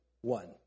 one